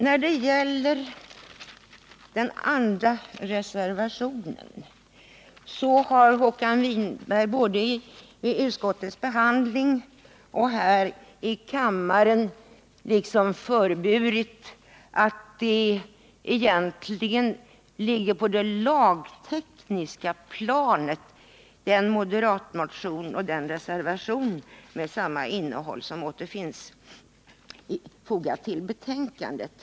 När den gäller den andra reservationen har Håkan Winberg både vid utskottsbehandlingen och här i kammaren föreburit att moderatmotionen, och denna reservation med samma innehåll som är fogad till betänkandet, egentligen rör det lagtekniska planet.